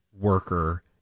worker